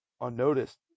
unnoticed